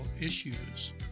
issues